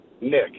Nick